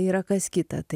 yra kas kita tai